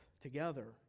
together